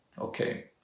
Okay